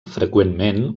freqüentment